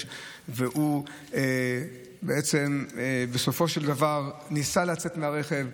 והוא בעצם בסופו של דבר ניסה לצאת מהרכב,